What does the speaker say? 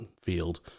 field